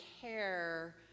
care